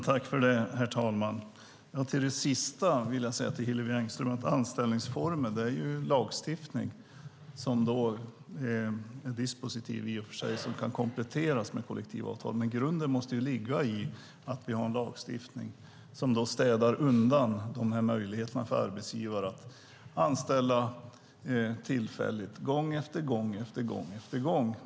Herr talman! När det gäller det sista som Hillevi Engström sade vill jag säga att anställningsformen ju har att göra med lagstiftning. Den är visserligen dispositiv och kan kompletteras med kollektivavtal, men grunden måste ligga i att vi har en lagstiftning som städar undan möjligheten för arbetsgivare att anställa tillfälligt gång efter gång.